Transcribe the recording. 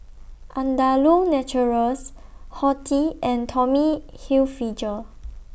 Andalou Naturals Horti and Tommy Hilfiger